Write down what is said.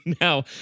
Now